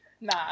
Nah